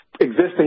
existing